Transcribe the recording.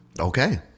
Okay